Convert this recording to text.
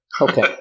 Okay